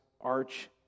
arch